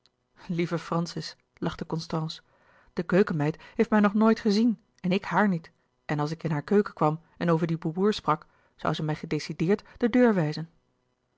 lieve francis lachte constance de keukenmeid heeft mij nog nooit gezien en ik haar niet en als ik in haar keuken kwam en over die boeboer sprak zoû ze mij gedecideerd de deur wijzen